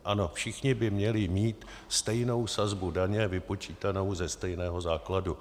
Ano, všichni by měli mít stejnou sazbu daně, vypočítanou ze stejného základu.